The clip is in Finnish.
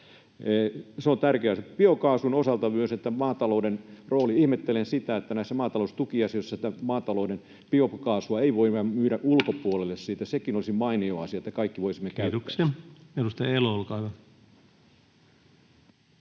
Se on tärkeä asia. Biokaasun ja maatalouden roolin osalta ihmettelen, että näissä maataloustukiasioissa maatalouden biokaasua ei voida myydä ulkopuolelle, sillä sekin olisi mainio asia, että kaikki voisimme käyttää sitä. Kiitoksia. — Edustaja Elo, olkaa hyvä.